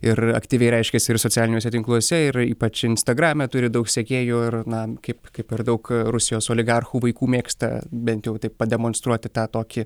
ir aktyviai reiškiasi ir socialiniuose tinkluose yra ypač instagrame turi daug sekėjų ir na kaip kaip ir daug rusijos oligarchų vaikų mėgsta bent jau taip pademonstruoti tą tokį